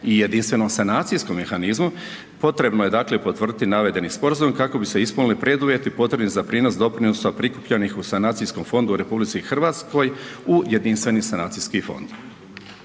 i Jedinstvenom sanacijskom mehanizmu, potrebno je dakle, potvrditi navedeni sporazum, kako bi se ispunili preduvjeti potrebni za prijenos doprinosa prikupljanih u sanacijskom fondu u RH u Jedinstveni sanacijski fond.